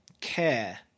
care